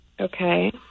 Okay